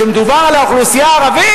כשמדובר על האוכלוסייה הערבית,